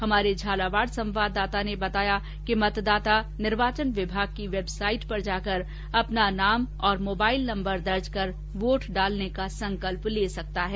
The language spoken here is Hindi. हमारे झालावाड़ संवाददाता ने बताया कि मतदाता निर्वाचन विभाग की वेबसाईट पर जाकर अपना नाम और मोबाइल नम्बर दर्ज कर वोट डालने का संकल्प ले सकता है